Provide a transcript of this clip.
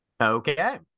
Okay